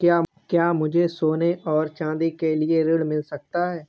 क्या मुझे सोने और चाँदी के लिए ऋण मिल सकता है?